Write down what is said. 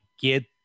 get